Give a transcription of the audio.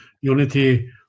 unity